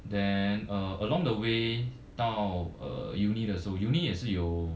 then uh along the way 到 uh uni~ 的时候 uni~ 也是有